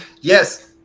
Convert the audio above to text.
Yes